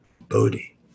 Bodhi